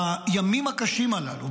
בימים הקשים הללו,